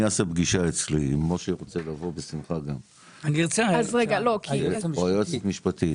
אני אעשה פגישה אצלי אם משה רוצה לבוא בשמחה או היועצת משפטית.